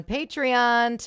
Patreon